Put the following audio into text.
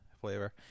flavor